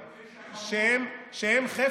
שהם,